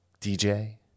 DJ